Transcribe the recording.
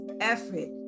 effort